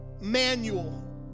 manual